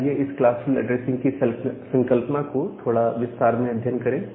आइए इस classful addressing की संकल्पना को थोड़ा विस्तार में अध्ययन करें